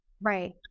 right